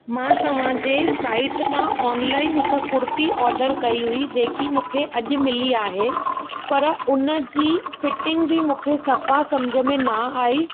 मां तव्हांजे साईट था ऑनलाइन हिकु कुर्ती ऑर्डर कई हुई जेकी मूंखे अॼु मिली आहे पर उन जी फिटिंग बि मूंखे सफ़ा सम्झ में न आई